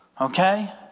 Okay